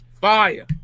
Fire